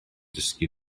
dysgu